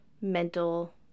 mental